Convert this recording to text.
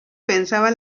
pensaba